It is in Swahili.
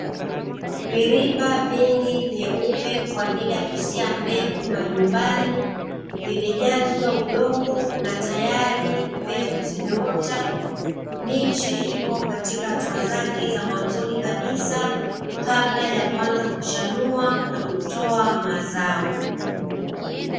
Viriba vingi vyeupe kwaajili ya kusia mbegu majumbani, vimejazwa udongo na tayari mbegu zimeota, miche ipo katika atua zake za mwanzo kabisa kabla ya kuanza kuchanua na kutoa mazao.